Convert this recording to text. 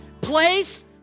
place